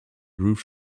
groove